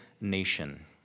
nation